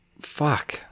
Fuck